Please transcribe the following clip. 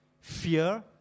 fear